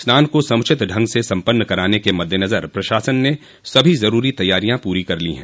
स्नान को समुचित ढंग से सम्पन्न कराने के मद्देनजर प्रशासन ने सभी ज़रूरी तैयारियां पूरी कर ली हैं